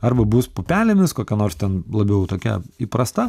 arba bus pupelėmis kokia nors ten labiau tokia įprasta